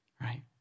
right